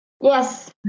yes